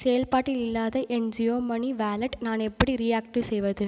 செயல்பாட்டில் இல்லாத என் ஜியோ மனி வாலெட் நான் எப்படி ரீஆக்டிவேட் செய்வது